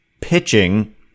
pitching